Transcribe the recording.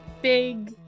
big